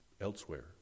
elsewhere